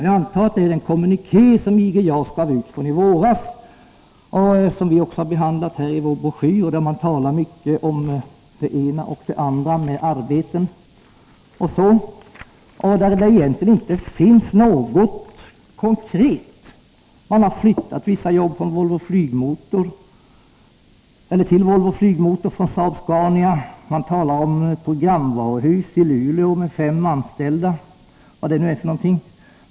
Jag antar att den siffran är hämtad från den kommuniké som IG JAS utfärdade i våras och som vi också behandlat i vår broschyr. I denna kommuniké talas mycket om arbeten och om det ena och det andra, men egentligen finns där inte någonting konkret. Man har flyttat vissa jobb från Saab-Scania till Volvo Flygmotor. Man talar om programvaruhus i Luleå med fem anställda — vad nu det är för någonting.